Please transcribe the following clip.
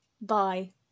bye